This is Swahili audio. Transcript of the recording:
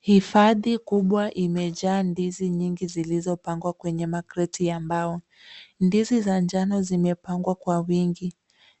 Hifadhi kubwa imejaa ndizi nyingi zilizopangwa kwenye makreti ya mbao. Ndizi za njano zimepangwa kwa wingi